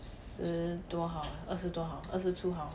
十多号二十多号二十出号